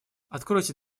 откройте